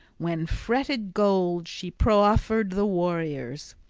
when fretted gold she proffered the warriors.